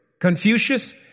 Confucius